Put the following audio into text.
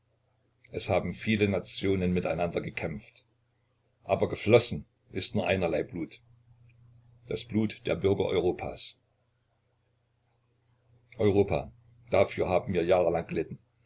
es haben viele nationen miteinander gekämpft aber geflossen ist nur einerlei blut das blut der bürger europas europa dafür haben wir jahrelang gelitten